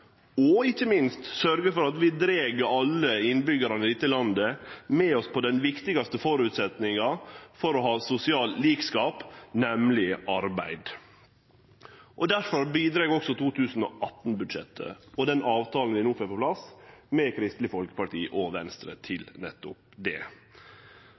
og ikkje minst sørgje for at vi dreg alle innbyggjarane i dette landet med oss på den viktigaste føresetnaden for å ha sosial likskap, nemleg arbeid. Difor bidreg også 2018-budsjettet og den avtalen vi no får på plass med Kristeleg Folkeparti og Venstre, til nettopp det.